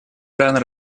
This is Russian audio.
ирана